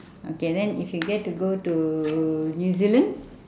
okay then if you get to go to new-zealand